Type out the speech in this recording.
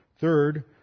Third